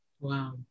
Wow